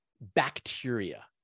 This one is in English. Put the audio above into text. bacteria